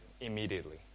immediately